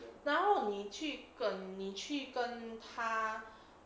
然后你去跟你去跟他